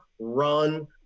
run